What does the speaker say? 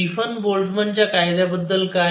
Stephen बोल्टझ्मनच्या कायद्याबद्दल काय